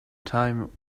time